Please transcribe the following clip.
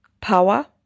power